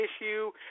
issue